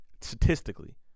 Statistically